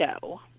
show